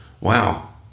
wow